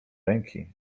ręki